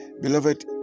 Beloved